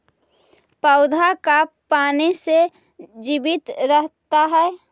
पौधा का पाने से जीवित रहता है?